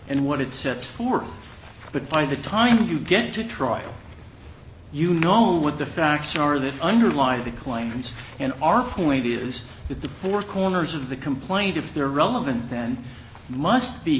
and what it sets forth but by the time you get to trial you know what the facts are that underlie the claims and our point is that the four corners of the complaint if they're relevant then must be